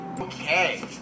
Okay